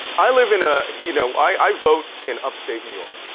i live in, ah you know i vote in upstate new york,